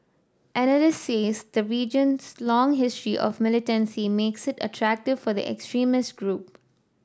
analysts says the region's long history of militancy makes it attractive for the extremist group